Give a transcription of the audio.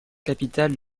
capitale